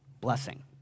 blessing